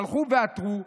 הלכו ועתרו,